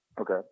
Okay